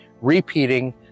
repeating